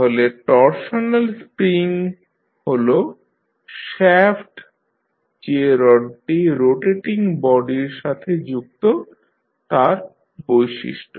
তাহলে torsional spring হল shaft যে রডটি রোটেটিং বডির সাথে যুক্ত তার বৈশিষ্ট্য